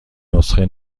نسخه